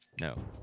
No